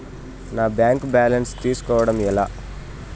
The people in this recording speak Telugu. నా బ్యాంకు బ్యాలెన్స్ తెలుస్కోవడం ఎలా?